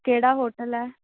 ਕਿਹੜਾ ਹੋਟਲ ਹੈ